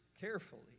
carefully